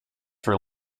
for